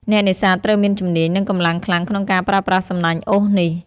អ្នកនេសាទត្រូវមានជំនាញ និងកម្លាំងខ្លាំងក្នុងការប្រើប្រាស់សំណាញ់អូសនេះ។